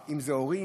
אם זה הורים,